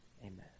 Amen